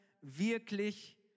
wirklich